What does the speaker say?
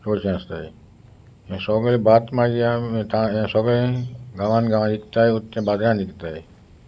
चडचें आसताय हे सगळें भात मागीर आमी हें सगळें गांवांत गांवांत विकताय उरता तें बाजारान विकताय